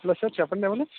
yes sir చెప్పండి ఎవరు